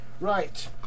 right